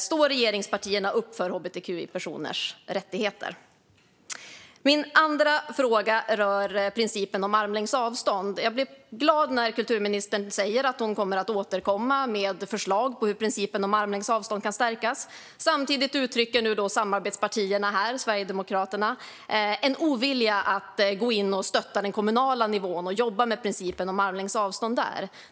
Står regeringspartierna upp för hbtqi-personers rättigheter? Min andra fråga rör principen om armlängds avstånd. Jag blir glad när kulturministern säger att hon kommer att återkomma med förslag om hur principen om armlängds avstånd kan stärkas. Samtidigt uttrycker nu samarbetspartiet, Sverigedemokraterna, en ovilja att gå in och stötta den kommunala nivån och jobba med principen om armlängds avstånd där.